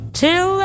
till